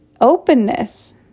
openness